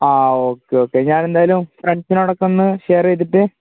ആ okay okay ഞാനെന്തായാലും ഫ്രണ്ട്സിനോടൊക്കെ ഒന്ന് ഷെയര് ചെയ്തിട്ട്